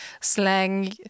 slang